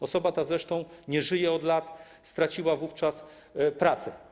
Osoba ta zresztą nie żyje od lat, straciła wówczas pracę.